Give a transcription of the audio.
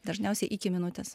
dažniausiai iki minutės